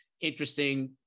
interesting